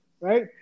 right